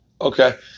Okay